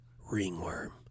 Ringworm